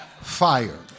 fire